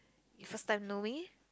you first time know me